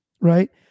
Right